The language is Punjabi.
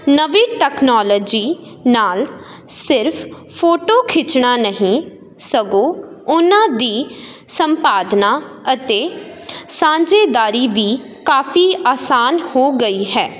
ਨਵੀਂ ਟੈਕਨੌਲੋਜੀ ਨਾਲ ਸਿਰਫ਼ ਫੋਟੋ ਖਿੱਚਣਾ ਨਹੀਂ ਸਗੋਂ ਉਨ੍ਹਾਂ ਦੀ ਸੰਪਾਦਨਾ ਅਤੇ ਸਾਂਝੇਦਾਰੀ ਵੀ ਕਾਫ਼ੀ ਆਸਾਨ ਹੋ ਗਈ ਹੈ